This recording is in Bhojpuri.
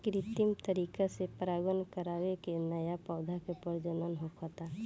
कृत्रिम तरीका से परागण करवा के न्या पौधा के प्रजनन होखता